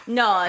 no